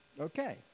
Okay